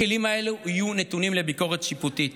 הכלים האלו יהיו נתונים לביקורת שיפוטית.